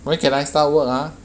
when can I start work ah